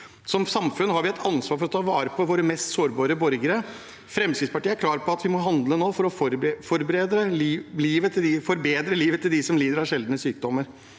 Som samfunn har vi et ansvar for å ta vare på våre mest sårbare borgere. Fremskrittspartiet er klar på at vi må handle nå for å forbedre livet til dem som lider av sjeldne sykdommer.